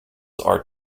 are